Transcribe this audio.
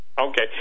Okay